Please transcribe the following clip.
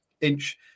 Inch